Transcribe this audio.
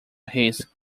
his